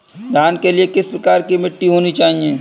धान के लिए किस प्रकार की मिट्टी होनी चाहिए?